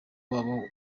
wabo